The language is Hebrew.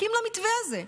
הסכים למתווה הזה.